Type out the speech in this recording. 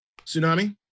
tsunami